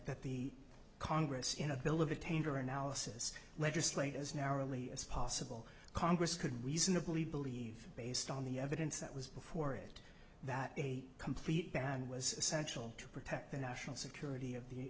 that the congress you know a bill of attainder analysis legislators narrowly as possible congress could reasonably believe based on the evidence that was before it that a complete ban was essential to protect the national security of